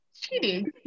Cheating